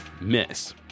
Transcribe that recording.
miss